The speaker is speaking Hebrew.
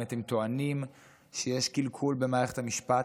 אם אתם טוענים שיש קלקול במערכת המשפט,